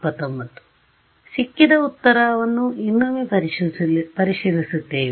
ಆದ್ದರಿಂದ ಸಿಕ್ಕಿದ ಉತ್ತರವನ್ನು ಇನ್ನೊಮ್ಮೆ ಪರಿಶೀಲಿಸುತ್ತೇವೆ